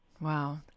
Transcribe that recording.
Wow